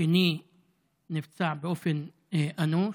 שני נפצע באופן אנוש.